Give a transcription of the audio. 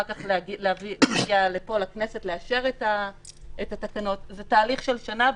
אחר כך להגיע פה לכנסת לאשר את התקנות זה תהליך של שנה.